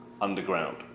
Underground